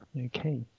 Okay